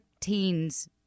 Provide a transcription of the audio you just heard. teens